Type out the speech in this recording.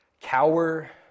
cower